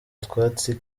utwatsi